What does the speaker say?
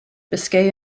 biscay